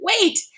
Wait